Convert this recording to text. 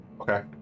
Okay